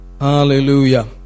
Hallelujah